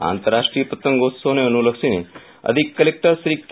આ આંતરરાષ્ટ્રીય પતંગોત્સવ ને અનુલક્ષીને અધિક કલેક્ટર શ્રી કે